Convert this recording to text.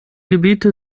gebiete